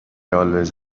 always